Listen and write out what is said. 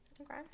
Okay